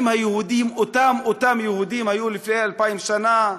אם היהודים הם אותם יהודים שהיו לפני 2,000 שנה,